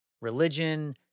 religion